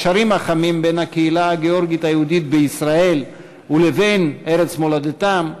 הקשרים החמים בין הקהילה הגאורגית היהודית בישראל לבין ארץ מולדתם,